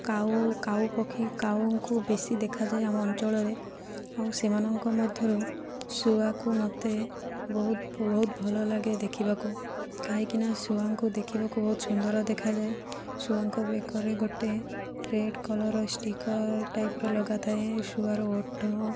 କାଉ କାଉ ପକ୍ଷୀ କାଉଙ୍କୁ ବେଶୀ ଦେଖାଯାଏ ଆମ ଅଞ୍ଚଳରେ ଆଉ ସେମାନଙ୍କ ମଧ୍ୟରୁ ଶୁଆକୁ ମତେ ବହୁତ ବହୁତ ଭଲ ଲାଗେ ଦେଖିବାକୁ କାହିଁକିନା ଶୁଆଙ୍କୁ ଦେଖିବାକୁ ବହୁତ ସୁନ୍ଦର ଦେଖାଯାଏ ଶୁଆଙ୍କ ବେକରେ ଗୋଟେ ରେଡ଼୍ କଲର୍ ଷ୍ଟିକର୍ ଟାଇପ୍ର ଲଗା ଥାଏ ଶୁଆର ଓଠ